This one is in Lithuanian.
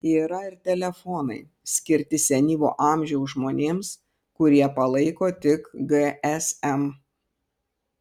yra ir telefonai skirti senyvo amžiaus žmonėms kurie palaiko tik gsm